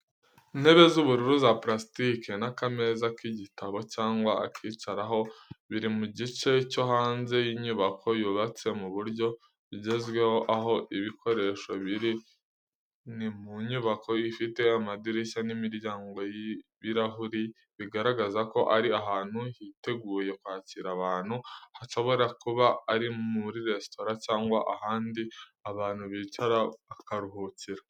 Intebe z’ubururu za parasitike n’akameza k’igitabo cyangwa akicaro, biri mu gice cyo hanze y’inyubako yubatse mu buryo bugezweho. Aho ibi bikoresho biri ni mu nyubako ifite amadirishya n’imiryango y'ibirahuri, bigaragaza ko ari ahantu hiteguye kwakira abantu, hashobora kuba ari muri restaurant cyangwa ahandi abantu bicara bakaruhukira.